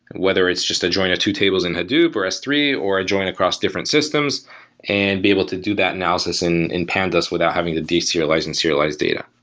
whether it's just a join of two tables in hadoop or as three or join across different systems and be able to do that analysis in in pandas without having to de-serialize and serialize data.